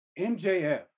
MJF